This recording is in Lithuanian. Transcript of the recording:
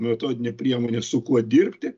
metodinė priemonė su kuo dirbti